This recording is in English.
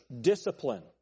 discipline